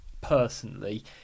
Personally